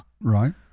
Right